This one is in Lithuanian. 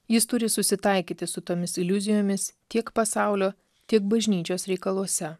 jis turi susitaikyti su tomis iliuzijomis tiek pasaulio tiek bažnyčios reikaluose